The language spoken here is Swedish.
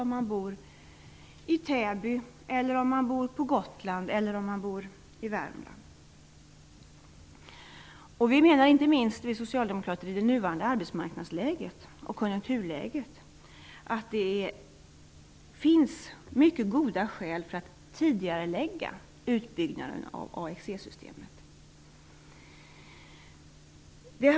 Det skall gälla oavsett om man bor i Täby, på Gotland eller i Värmland. Vi socialdemokrater menar att det inte minst i nuvarande arbetsmarknadsläge och konjunkturläge finns mycket goda skäl för att tidigarelägga utbyggnaden av AXE-systemet.